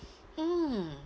mm